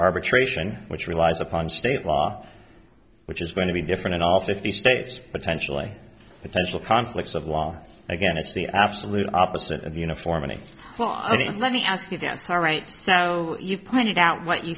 arbitration which relies upon state law which is going to be different in all fifty states potentially potential conflicts of law again it's the absolute opposite of the uniformity well i mean let me ask you this all right so you pointed out what you